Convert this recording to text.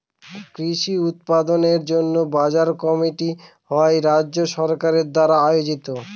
কৃষি উৎপাদনের জন্য বাজার কমিটি হয় রাজ্য সরকার দ্বারা আয়োজিত